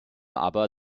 aber